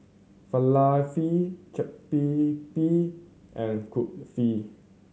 Falafel Chaat Papri and Kulfi